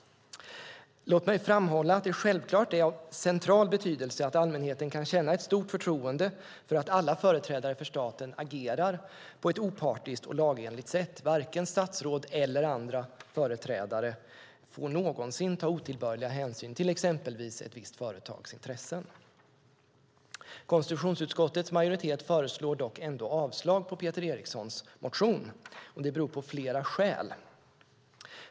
Låt mig framhålla att det självklart är av central betydelse att allmänheten kan känna stort förtroende för att alla företrädare för staten agerar på ett opartiskt och lagenligt sätt. Varken statsråd eller andra företrädare får någonsin ta otillbörliga hänsyn till exempelvis ett visst företags intressen. Konstitutionsutskottets majoritet föreslår ändå avslag på motionen från Peter Eriksson med flera. Det har flera skäl.